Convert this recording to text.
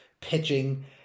pitching